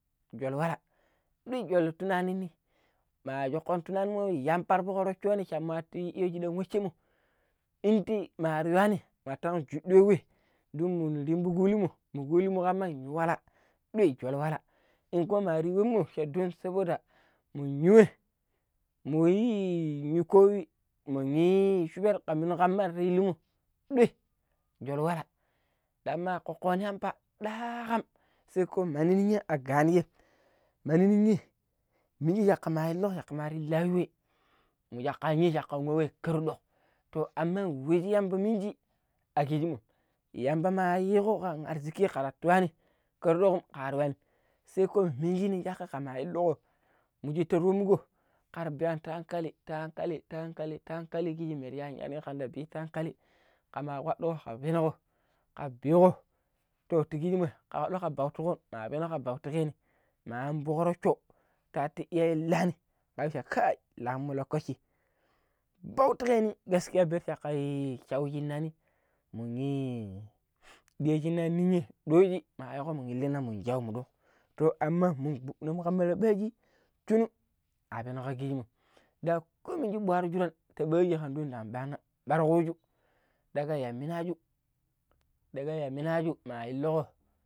﻿jol wala dil jol tunani mi ma shungo tunani ya ampariko shuni chanmati wuchemu inde mari juani matan jugudei don rumbi rungolimo rungolimu wahan wuyat ɗoi joli wala in kuma waribemo don saboda munyuwe murjii yi koyi manni shubar karmani kamarlinu ɗoi joli wala ɗaman kokoni yamba dakam sai ko maniniyam aganigem manniniyem mijikaliloya kamariloywe nijanu nijanukanwe kurdog toh aman weji Yamba minji akishimo yambamayikokam arzikin karantuani karidokom karituani sai ko minjini dakaka ilugu munge toh romigo kari biyan ti hankali ta hankali ta hankali ta hankali kiji maryani kannebita hankali kamagodigo habinago habigo toh ti jigimo ka daokigo ka bautigon nabenom ka bauta gini maambarouco tatti iyayelani kashe kai la moi lokaci bautan ki geni gaskiya bautanganyi kywan gin lani munyi deji ninye ninya ɗooji mun illina mun shau munɗok to aman mun gbudeemu ɓeeji chunun abeno ko kijimmo ko miniji kparo shuran to ɓaaji ndan ɓaana ɓar kuju dakan yan mina ju dakaya minaju ma ilugu.